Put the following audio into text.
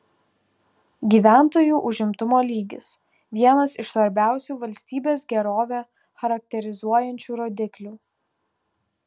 gyventojų užimtumo lygis vienas iš svarbiausių valstybės gerovę charakterizuojančių rodiklių